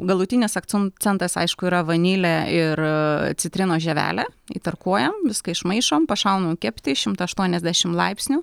galutinis akcen centas aišku yra vanilė ir citrinos žievelė įtarkuojam viską išmaišom pašaunam kepti šimtą aštuoniasdešim laipsnių